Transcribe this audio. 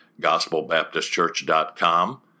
gospelbaptistchurch.com